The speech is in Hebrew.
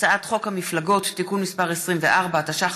הצעת חוק המפלגות (תיקון מס' 24), התשע"ח